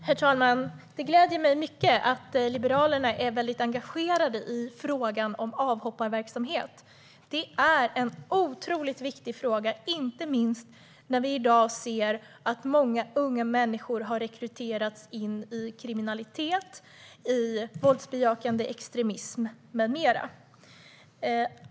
Herr talman! Det gläder mig mycket att Liberalerna är väldigt engagerade i frågan om avhopparverksamhet. Det är en otroligt viktig fråga, inte minst när vi i dag ser att många unga människor har rekryterats in i kriminalitet, våldsbejakande extremism, med mera.